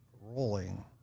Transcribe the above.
rolling